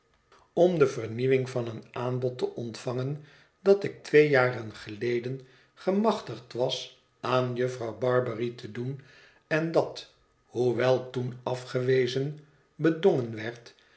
om de vernieuwing van een aanbod te ontvangen dat ik twee jaren geleden gemachtigd was aan jufvrouw barbary te doen en dat hoewel toen afgewezen bedongen werd